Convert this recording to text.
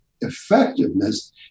effectiveness